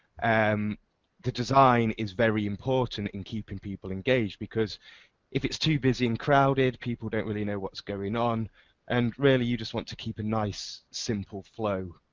and um the design is very important in keeping people engaged because if it's too busy and crowded, people don't really know what's going on and really you just want to keep a nice simple flow.